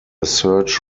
search